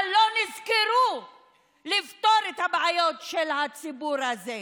אבל לא נזכרו לפתור את הבעיות של הציבור הזה.